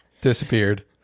Disappeared